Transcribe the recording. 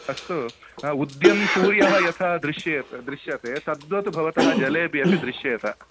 अस्तु उद्यन् सूर्यः यथा दृश्येत् दृश्यते तद्वत् भवतः जलेब्यपि दृश्येत